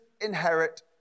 inherit